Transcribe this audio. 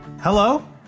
Hello